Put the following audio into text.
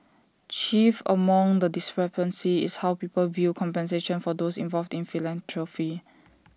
chief among the discrepancies is how people view compensation for those involved in philanthropy